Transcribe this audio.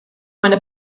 meine